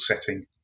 setting